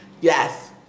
Yes